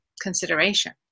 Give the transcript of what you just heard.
consideration